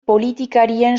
politikarien